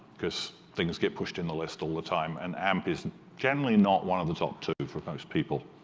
because things get pushed in the list all the time, and amp is generally not one of the top two for most people.